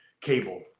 cable